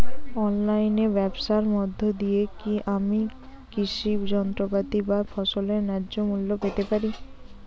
অনলাইনে ব্যাবসার মধ্য দিয়ে কী আমি কৃষি যন্ত্রপাতি বা ফসলের ন্যায্য মূল্য পেতে পারি?